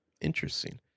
interesting